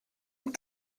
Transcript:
les